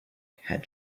had